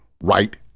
right